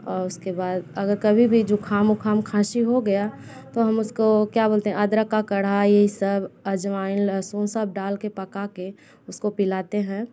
आउ उसके बाद अगर कभी भी जुखाम वुखाम खांसी हो गया तो हम उसको क्या बोलते है अदरक का काढ़ा यही सब अजवाइन लहसुन सब डाल के पका के उसको पिलाते हैं